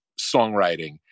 songwriting